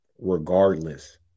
Regardless